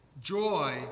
Joy